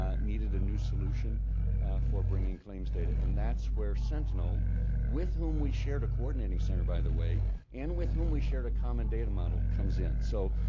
ah needed a new solution for bringing claims data and that's where sentinel with whom we shared a coordinating center by the way and with whom we shared a common data model comes in, so